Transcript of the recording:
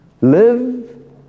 Live